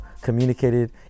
communicated